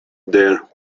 there